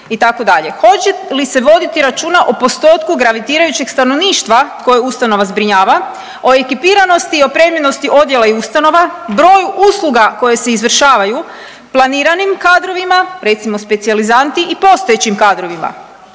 hoće li se voditi računa o postotku gravitirajućeg stanovništva koje ustanova zbrinjava, o ekipiranosti i opremljenosti odjela i ustanova, broju usluga koje se izvršavaju planiranim kadrovima, recimo specijalizanti i postojećim kadrovima.